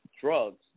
drugs